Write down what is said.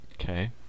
okay